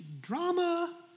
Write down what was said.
drama